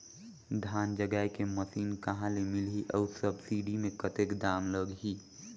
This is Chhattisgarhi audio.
धान जगाय के मशीन कहा ले मिलही अउ सब्सिडी मे कतेक दाम लगही?